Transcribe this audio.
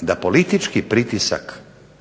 da politički pritisak